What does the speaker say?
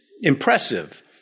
impressive